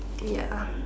ya